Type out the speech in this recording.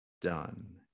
done